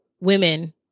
women